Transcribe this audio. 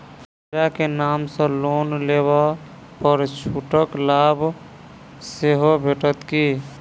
महिला केँ नाम सँ लोन लेबऽ पर छुटक लाभ सेहो भेटत की?